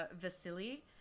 Vasily